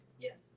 Yes